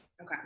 Okay